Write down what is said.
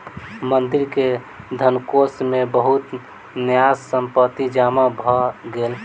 मंदिर के धनकोष मे बहुत न्यास संपत्ति जमा भ गेल